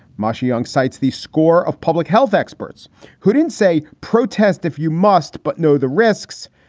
marcia young cites the score of public health experts who didn't say protest if you must, but know the risks.